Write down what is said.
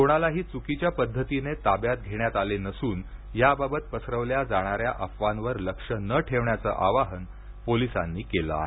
कोणालाही चुकीच्या पद्धतीने ताब्यात घेण्यात आले नसून याबाबत पसरवल्या जाणा या अफवांवर लक्ष न ठेवण्याचं आवाहन पोलिसांनी केलं आहे